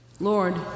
Lord